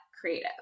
creative